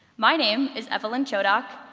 my name is evelyn chodock,